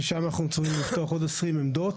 ששם אנחנו צפויים לפתוח עוד 20 עמדות.